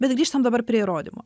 bet grįžtam dabar prie įrodymų